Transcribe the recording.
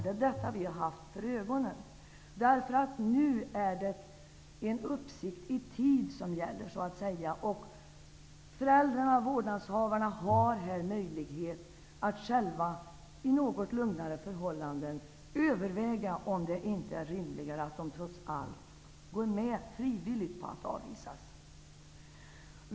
Det är detta vi har haft för ögonen. Nu är det så att säga en uppsikt i tid som gäller. Föräldrarna, vårdnadshavarna, har här möjlighet att själva, under något lugnare förhållanden, överväga om det inte är rimligare att de trots allt frivilligt går med på att avvisas.